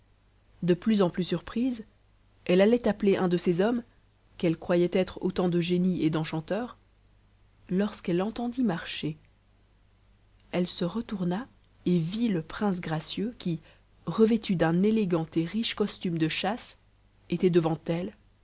de plus en plus surprise elle allait appeler un de ces hommes qu'elle croyait être autant de génies et d'enchanteurs lorsqu'elle entendit marcher elle se retourna et vit le prince gracieux qui revêtu d'un élégant et riche costume de chasse était devant elle